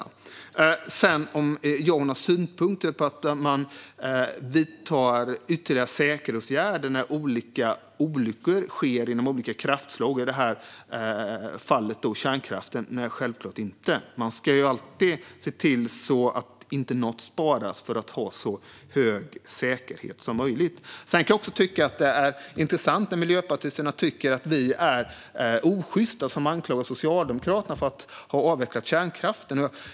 Det ställdes en fråga om jag har några synpunkter på att man vidtar ytterligare säkerhetsåtgärder när olika olyckor sker inom olika kraftslag och i det här fallet kärnkraften. Självklart inte. Man ska alltid se till att inte något sparas för att ha så hög säkerhet som möjligt. Det är intressant när miljöpartisterna tycker att vi är osjysta som anklagar Socialdemokraterna för att ha avvecklat kärnkraften.